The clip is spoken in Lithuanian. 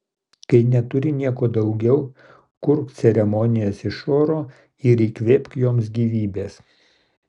kai neturi nieko daugiau kurk ceremonijas iš oro ir įkvėpk joms gyvybės